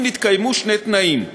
אם נתקיימו שני תנאים: